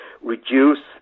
reduce